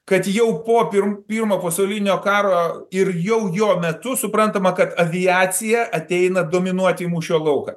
kad jau po pirmų pirmo pasaulinio karo ir jau jo metu suprantama kad aviacija ateina dominuoti į mūšio lauką